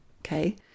Okay